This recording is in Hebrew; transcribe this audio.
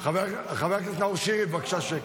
חבר הכנסת נאור שירי, בבקשה, שקט.